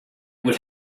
would